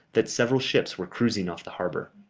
that several ships were cruising off the harbour.